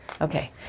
Okay